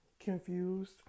Confused